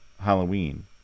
Halloween